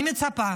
אני מצפה